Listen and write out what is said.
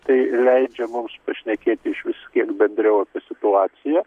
tai leidžia mums pašnekėti išvis kiek bendriau apie situaciją